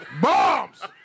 Bombs